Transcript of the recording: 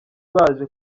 baje